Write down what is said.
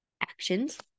actions